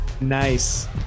Nice